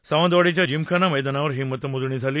सावंतवाडीच्या जिमखाना मैदानावर ही मतमोजणी झाली